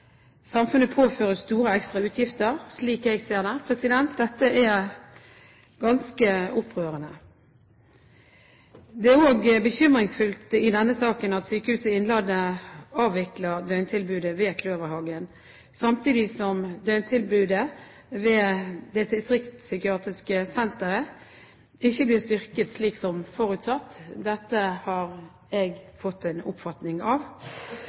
samfunnet påføres store ekstrautgifter. Dette er ganske opprørende, slik jeg ser det. Det er også bekymringsfullt at Sykehuset Innlandet avvikler døgntilbudet ved Kløverhagen samtidig som døgntilbudet ved det distriktspsykiatriske senteret ikke blir styrket slik som forutsatt – slik jeg